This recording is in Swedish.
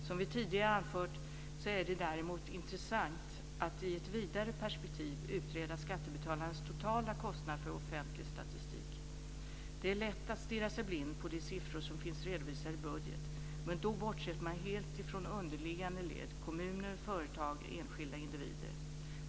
Som vi tidigare anfört är det däremot intressant att i ett vidare perspektiv utreda skattebetalarnas totala kostnad för offentlig statistik. Det är lätt att stirra sig blind på de siffror som finns redovisade i budget, men då bortser man helt ifrån underliggande led, kommuner, företag och enskilda individer.